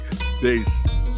Peace